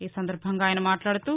ఈసందర్బంగా ఆయన మాట్లాదుతూ